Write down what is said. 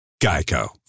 Geico